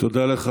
תודה לך.